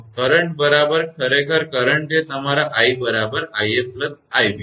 current બરાબર ખરેખર current એ તમારા i બરાબર 𝑖𝑓 𝑖𝑏 છે